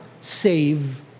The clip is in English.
save